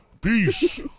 Peace